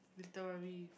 literary